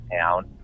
town